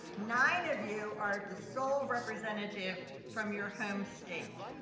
nine of you are the sole representative from your home state.